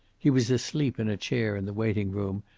he was asleep in a chair in the waiting-room,